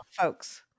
folks